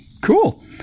cool